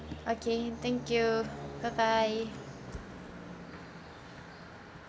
okay thank you bye bye